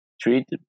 treat